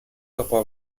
dopo